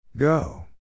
Go